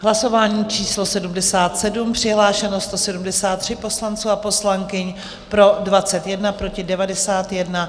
Hlasování číslo 77, přihlášeno 173 poslanců a poslankyň, pro 21, proti 91.